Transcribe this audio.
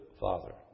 father